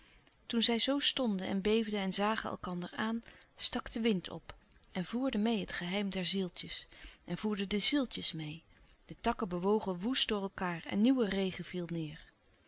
toen zij zoo stonden en beefden en zagen elkander aan stak de wind op en voerde meê het geheim der zieltjes en voerde de zieltjes meê de takken bewogen woest door elkaâr en nieuwe regen viel neêr